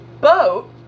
boat